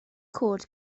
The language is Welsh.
cod